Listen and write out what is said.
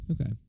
Okay